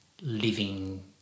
living